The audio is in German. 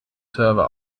server